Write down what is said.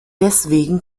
deswegen